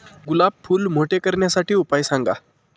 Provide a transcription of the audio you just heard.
गुलाब फूल मोठे करण्यासाठी उपाय सांगा?